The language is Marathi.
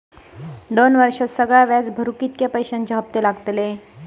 दोन वर्षात सगळा व्याज भरुक कितक्या पैश्यांचे हप्ते लागतले?